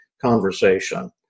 conversation